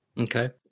Okay